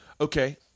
okay